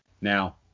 Now